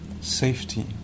safety